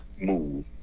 move